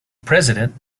president